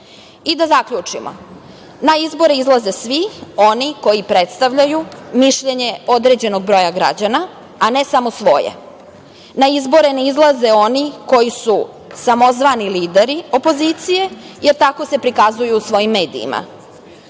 zaključimo, na izbore izlaze svi oni koji predstavljaju mišljenje određenog broja građana, a ne samo svoje. Na izbore ne izlaze oni koji su samozvani lideri opozicije, jer tako se prikazuju u svojim medijima.